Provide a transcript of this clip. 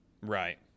Right